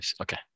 okay